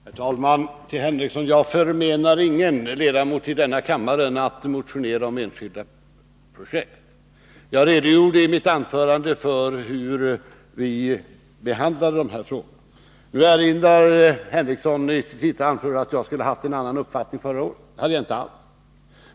Herr talman! Till Sven Henricsson: Jag förmenar ingen ledamot av denna kammare att motionera om enskilda projekt. I mitt anförande redogjorde jag för hur vi behandlar dessa frågor. Sven Henricsson hävdar i sitt senaste anförande att jag skulle ha haft en annan uppfattning förra året. Det hade jag inte.